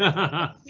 ah,